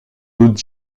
doute